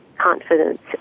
confidence